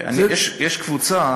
יש קבוצה,